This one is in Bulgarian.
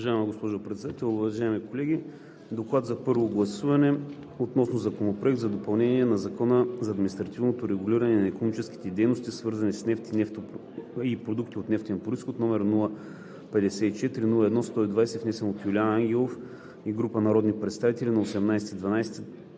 Уважаема госпожо Председател, уважаеми колеги! „ДОКЛАД за първо гласуване относно Законопроект за допълнение на Закона за административното регулиране на икономическите дейности, свързани с нефт и продукти от нефтен произход, № 054-01-120, внесен от Юлиан Ангелов и група народни представители на 18